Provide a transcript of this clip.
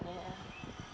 yeah